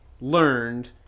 learned